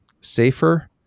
safer